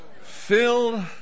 Filled